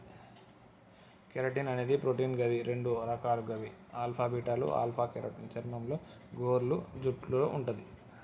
keratin అనేది protein గది రెండు రకాలు గవి ఆల్ఫా, బీటాలు ఆల్ఫ కెరోటిన్ చర్మంలో, గోర్లు, జుట్టులో వుంటది